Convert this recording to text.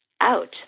out